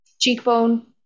cheekbone